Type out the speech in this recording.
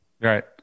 Right